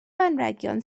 anrhegion